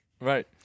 Right